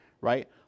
right